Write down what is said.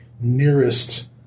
nearest